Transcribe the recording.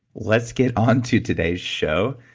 let's get onto today's show